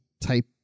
type